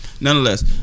Nonetheless